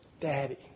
daddy